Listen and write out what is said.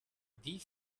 wie